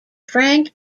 frank